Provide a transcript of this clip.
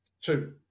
two